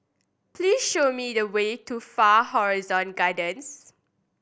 please show me the way to Far Horizon Gardens